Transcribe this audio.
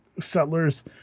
settlers